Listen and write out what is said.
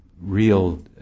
real